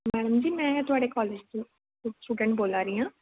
madam ji में थुआढ़े college च स्टूडैंट बोलै दी आं